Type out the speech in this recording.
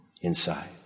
inside